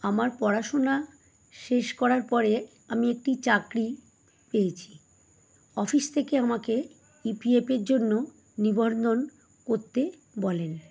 আমার পড়াশুনা শেষ করার পরে আমি একটি চাকরি পেয়েছি অফিস থেকে আমাকে ই পি এফের জন্য করতে বলেন